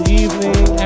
evening